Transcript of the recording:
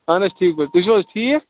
اَہن حظ ٹھیٖک پٲٹھۍ تُہۍ چھِو حظ ٹھیٖک